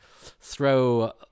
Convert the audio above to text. throw